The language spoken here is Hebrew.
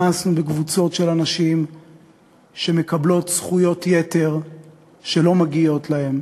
מאסנו בקבוצות של אנשים שמקבלות זכויות יתר שלא מגיעות להם.